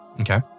Okay